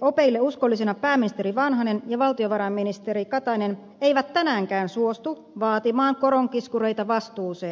opeille uskollisina pääministeri vanhanen ja valtiovarainministeri katainen eivät tänäänkään suostu vaatimaan koronkiskureita vastuuseen tekemisistään